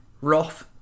Roth